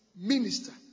minister